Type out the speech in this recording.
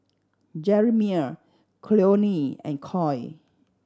Jeremiah Cleone and Coy